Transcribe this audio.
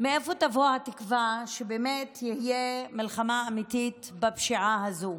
מאיפה תבוא התקווה שבאמת תהיה מלחמה אמיתית בפשיעה הזו?